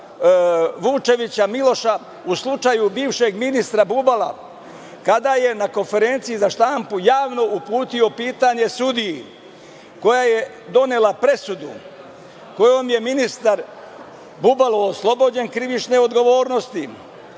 Vučevića Miloša, u slučaju bivšeg ministra Bubala, kada je na konferenciji za štampu javno uputio pitanje sudiji koja je donela presudu, kojom je ministar Bubalo oslobođen krivične odgovornosti